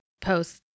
post